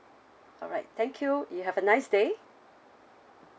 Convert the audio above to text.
alright thank you you have a nice day